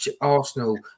Arsenal